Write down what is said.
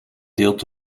deelt